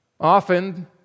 Often